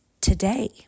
today